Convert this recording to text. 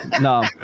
No